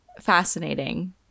Fascinating